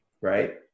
right